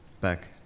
back